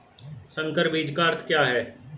संकर बीज का अर्थ क्या है?